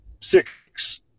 six